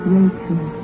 Rachel